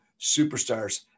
superstars